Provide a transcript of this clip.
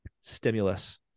stimulus